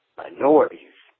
minorities